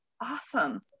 awesome